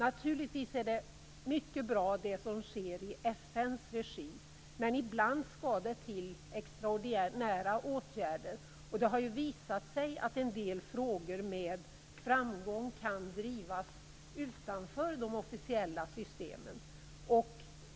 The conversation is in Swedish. Givetvis är det som sker i FN:s regi mycket bra, men det skall ibland till extraordinära åtgärder. Det har visat sig att en del frågor med framgång kan drivas utanför de officiella systemen.